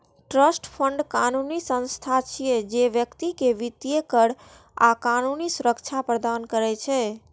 trust fund कानूनी संस्था छियै, जे व्यक्ति कें वित्तीय, कर आ कानूनी सुरक्षा प्रदान करै छै